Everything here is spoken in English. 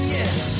yes